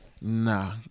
Nah